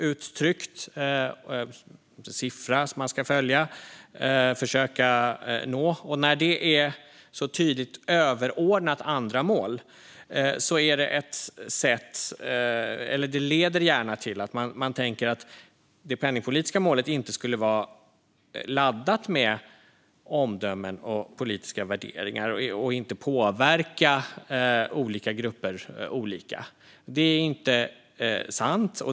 Det är en siffra man ska följa och försöka nå. När det är så tydligt överordnat andra mål leder det gärna till att man tänker att det penningpolitiska målet inte skulle vara laddat med omdömen och politiska värderingar och inte påverka olika grupper på olika sätt. Det är inte sant.